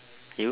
you